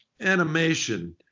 animation